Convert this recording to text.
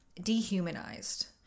dehumanized